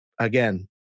again